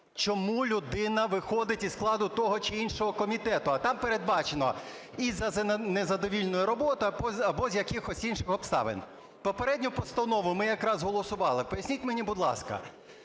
чому людина виходить із складу того чи іншого комітету. А там передбачено: і за незадовільну роботу або з якихось інших обставин. Попередню постанову ми якраз голосували. Поясніть мені, будь ласка,